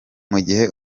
umubyeyi